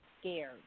scared